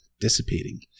dissipating